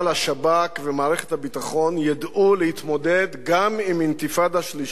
השב"כ ומערכת הביטחון ידעו להתמודד גם עם אינתיפאדה שלישית,